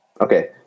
Okay